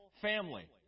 family